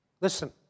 Listen